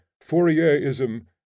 Fourierism